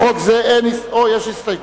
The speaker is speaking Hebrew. לחוק זה יש הסתייגות.